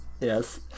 yes